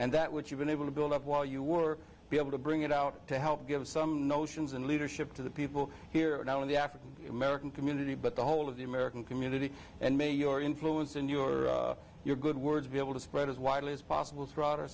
and that what you've been able to build up while you were able to bring it out to help give some notions and leadership to the people here now in the african american community but the whole of the american community and maybe your influence and your your good word to be able to spread as widely as possible throughout our